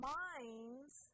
minds